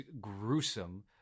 gruesome